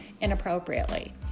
inappropriately